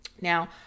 Now